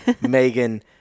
Megan